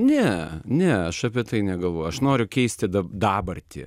ne ne aš apie tai negalvoju aš noriu keisti da dabartį